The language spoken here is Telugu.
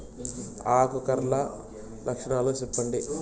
ఆకు కర్ల లక్షణాలు సెప్పండి